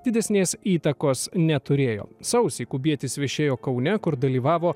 didesnės įtakos neturėjo sausį kubietis viešėjo kaune kur dalyvavo